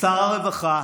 שר הרווחה